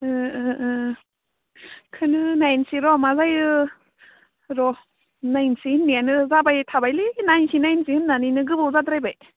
ए ए ए बेखौनो नायनोसैर' माजायो र' नायनोसै होननायानो थाबाय थाबायलै नायनोसै होननानैनो गोबाव जाद्रायबाय